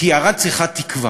כי ערד צריכה תקווה.